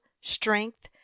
strength